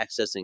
accessing